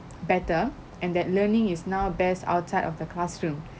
better and that learning is now best outside of the classroom